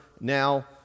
now